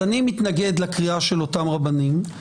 אז אני מתנגד לקריאה של אותם רבנים.